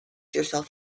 yourself